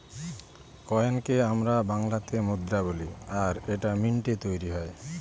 কয়েনকে আমরা বাংলাতে মুদ্রা বলি আর এটা মিন্টৈ তৈরী হয়